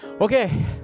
Okay